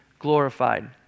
glorified